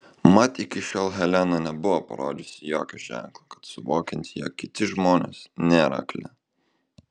mat iki šiol helena nebuvo parodžiusi jokio ženklo kad suvokianti jog kiti žmonės nėra akli